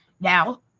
Now